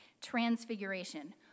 Transfiguration